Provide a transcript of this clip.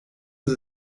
sie